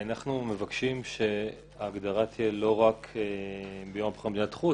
אנחנו מבקשים שההגדרה תהיה לא רק "ביום הבחירות במדינת חוץ".